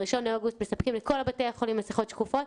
ב-1 באוגוסט מספקים לכל בתי החולים מסכות שקופות,